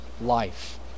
life